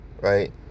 right